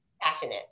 Passionate